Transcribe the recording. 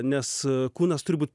nes kūnas turi būt